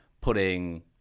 putting